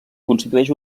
constitueix